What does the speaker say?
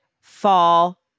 fall